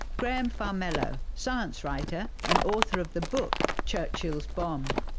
graham farmelo, science writer, and author of the book churchill's bomb.